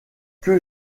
que